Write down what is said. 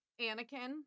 Anakin